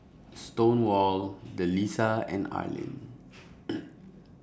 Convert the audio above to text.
Stonewall Delisa and Arlin